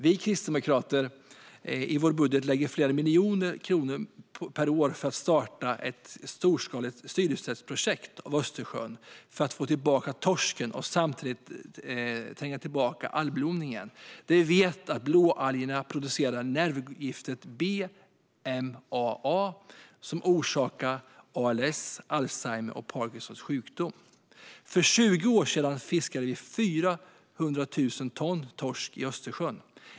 Vi kristdemokrater lägger i vår budget flera miljoner kronor per år för att starta ett storskaligt syresättningsprojekt av Östersjön för att få tillbaka torsken och samtidigt tränga tillbaka algblomningen, där vi vet att blåalgerna producerar nervgiftet BMAA, som orsakar ALS, alzheimer och Parkinsons sjukdom. För 20 år sedan fiskade vi 400 000 ton torsk i Östersjön.